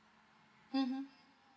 (uh huh)